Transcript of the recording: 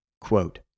Quote